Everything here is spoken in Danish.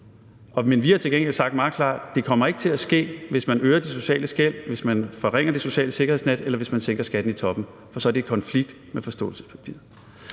– vi har til gengæld sagt meget klart, at det ikke kommer til at ske, hvis man øger de sociale skel, hvis man forringer det sociale sikkerhedsnet, eller hvis man sænker skatten i toppen, for så er det i konflikt med forståelsespapiret.